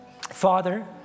Father